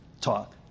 talk